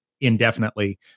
indefinitely